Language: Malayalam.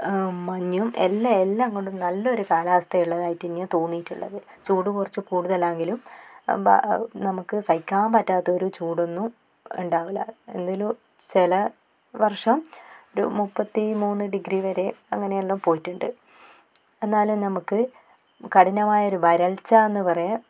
മഞ്ഞും എല്ലാ എല്ലാം കൊണ്ടും നല്ലൊരു കാലാവസ്ഥ ഉള്ളതായിട്ട് തന്നെയാണ് തോന്നീട്ടുള്ളത് ചൂട് കുറച്ച് കൂടുതലാങ്കിലും നമുക്ക് സഹിക്കാൻ പറ്റാത്തൊരു ചൂടൊന്നും ഉണ്ടാവില്ല എന്നാലും ചില വർഷം ഒരു മുപ്പത്തി മൂന്ന് ഡിഗ്രി വരെ അങ്ങനെയെല്ലാം പോയിട്ടണ്ട് എന്നാലും നമുക്ക് കഠിനമായ ഒരു വരൾച്ചാന്ന് പറയാൻ